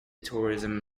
tourism